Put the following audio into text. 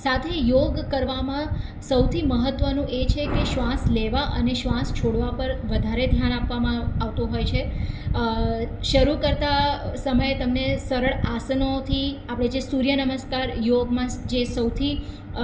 સાથે યોગ કરવામાં સૌથી મહત્ત્વનું એ છે કે શ્વાસ લેવા અને શ્વાસ છોડવા પર વધારે ધ્યાન આપવામાં આવતું હોય છે શરૂ કરતા સમય તમને સરળ આસનોથી આપણે જે સૂર્ય નમસ્કાર યોગમાં જે સૌથી